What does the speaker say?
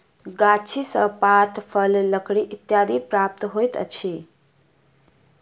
गाछी सॅ पात, फल, लकड़ी इत्यादि प्राप्त होइत अछि